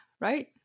right